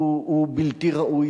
הוא בלתי ראוי.